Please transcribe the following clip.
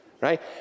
right